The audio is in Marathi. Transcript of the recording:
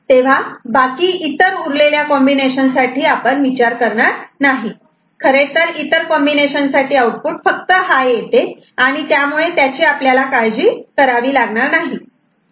तेव्हा बाकी इतर उरलेल्या कॉम्बिनेशन साठी आपण विचार करणार नाही खरेतर इतर कॉम्बिनेशन साठी आउटपुट फक्त हाय येते आणि त्यामुळे त्याची आपल्याला काळजी करावी लागणार नाही